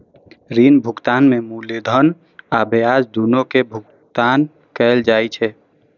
ऋण भुगतान में मूलधन आ ब्याज, दुनू के भुगतान कैल जाइ छै